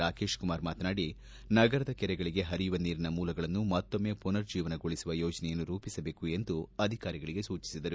ರಾಕೇಶ್ ಕುಮಾರ್ ಮಾತನಾಡಿ ನಗರದ ಕೆರೆಗಳಿಗೆ ಪರಿಯುವ ನೀರಿನ ಮೂಲಗಳನ್ನು ಮತ್ತೊಮ್ನ ಮನರುಜ್ಜೀವನಗೊಳಿಸುವ ಯೋಜನೆಯನ್ನು ರೂಪಿಸಬೇಕು ಎಂದು ಅಧಿಕಾರಿಗಳಿಗೆ ಸೂಚಿಸಿದರು